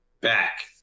back